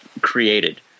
created